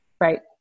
Right